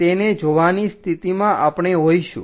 તેને જોવાની સ્થિતિમાં આપણે હોઈશું